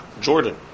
Jordan